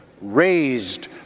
raised